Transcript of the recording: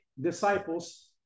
disciples